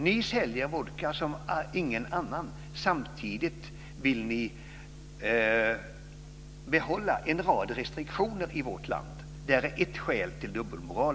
Ni säljer vodka som ingen annan. Samtidigt vill ni behålla en rad restriktioner i vårt land. Det är ett av skälen till dubbelmoral.